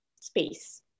space